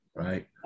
Right